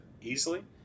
easily